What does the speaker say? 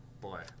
Boy